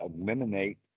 eliminate